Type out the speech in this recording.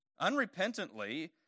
unrepentantly